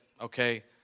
okay